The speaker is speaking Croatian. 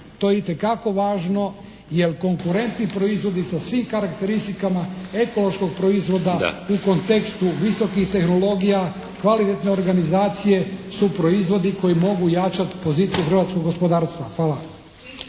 To je itekako važno jer konkurentni proizvodi sa svim karakteristikama ekološkog proizvoda …… /Upadica: Da./ … u kontekstu visokih tehnologija, kvalitetne organizacije su proizvodi koji mogu jačati poziciju hrvatskog gospodarstva. Hvala.